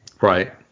Right